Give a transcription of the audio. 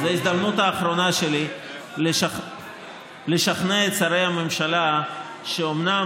זאת ההזדמנות האחרונה שלי לשכנע את שרי הממשלה שאומנם,